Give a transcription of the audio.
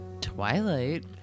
Twilight